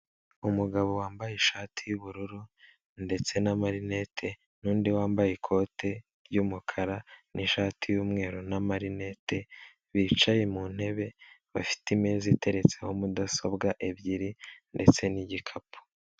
Umugabo wambaye ishati y'ubururu ndetse n'amarinete n'undi wambaye ikote ry'umukara n'ishati y'umweru n'amarinete bicaye mu ntebe bafite imeza iteretseho mudasobwa ebyiri ndetse n'igikapu.